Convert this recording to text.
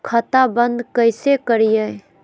खाता बंद कैसे करिए?